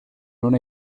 non